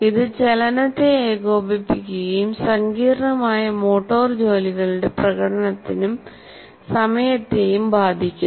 ഇത് ചലനത്തെ ഏകോപിപ്പിക്കുകയും സങ്കീർണ്ണമായ മോട്ടോർ ജോലികളുടെ പ്രകടനത്തിനും സമയത്തെയും ബാധിക്കുന്നു